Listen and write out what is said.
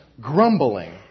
grumbling